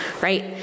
right